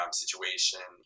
situation